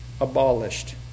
abolished